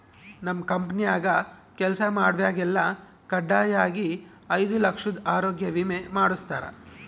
ನಮ್ ಕಂಪೆನ್ಯಾಗ ಕೆಲ್ಸ ಮಾಡ್ವಾಗೆಲ್ಲ ಖಡ್ಡಾಯಾಗಿ ಐದು ಲಕ್ಷುದ್ ಆರೋಗ್ಯ ವಿಮೆ ಮಾಡುಸ್ತಾರ